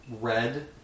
red